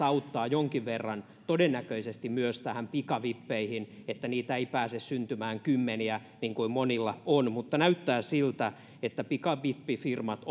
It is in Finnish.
auttaa jonkin verran myös näihin pikavippeihin että niitä ei pääse syntymään kymmeniä niin kuin monilla on mutta näyttää siltä että pikavippifirmat